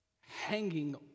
Hanging